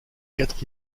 quatre